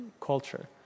culture